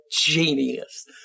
genius